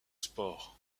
sport